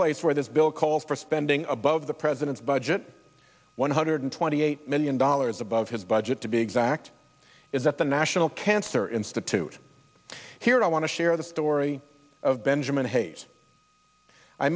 place where this bill calls for spending above the president's budget one hundred twenty eight million dollars above his budget to be exact is that the national cancer institute here i want to share the story of benjamin hayes i